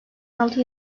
altı